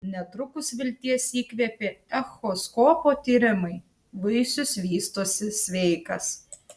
netrukus vilties įkvėpė echoskopo tyrimai vaisius vystosi sveikas